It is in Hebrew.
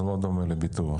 זה לא דומה לביטוח.